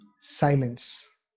silence